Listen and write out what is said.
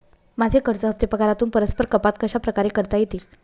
माझे कर्ज हफ्ते पगारातून परस्पर कपात कशाप्रकारे करता येतील?